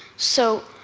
so,